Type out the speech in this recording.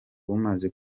bumaze